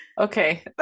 okay